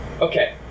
Okay